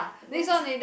next